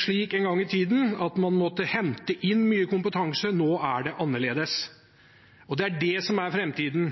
slik engang i tiden at man måtte hente inn mye kompetanse. Nå er det annerledes, og det er det som er